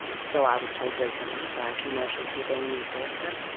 so i was told recently by a commercial tv news director.